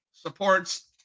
Supports